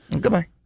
Goodbye